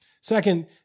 Second